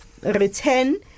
return